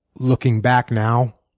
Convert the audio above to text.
looking back now,